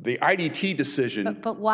the i t t decision and put why